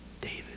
David